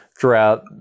throughout